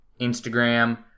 Instagram